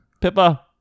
pippa